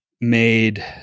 made